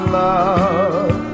love